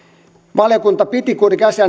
valiokunta piti kuitenkin asiaa